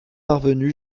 parvenu